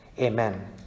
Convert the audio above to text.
Amen